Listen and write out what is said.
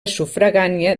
sufragània